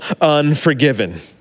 unforgiven